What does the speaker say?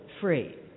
free